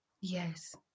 Yes